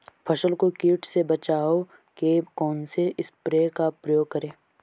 फसल को कीट से बचाव के कौनसे स्प्रे का प्रयोग करें?